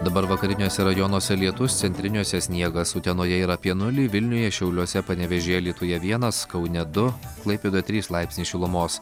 dabar vakariniuose rajonuose lietus centriniuose sniegas utenoje yra apie nulį vilniuje šiauliuose panevėžyje alytuje vienas kaune du klaipėdoje trys laipsniai šilumos